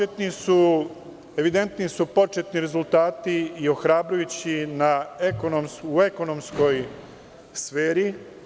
Evidentni su početni rezultati i ohrabrujući u ekonomskoj sferi.